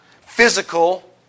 physical